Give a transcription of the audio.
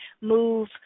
move